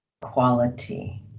quality